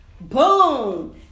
boom